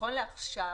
נכון לעכשיו